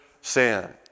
sin